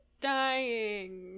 dying